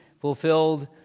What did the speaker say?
fulfilled